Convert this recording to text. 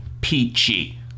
peachy